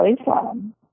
Islam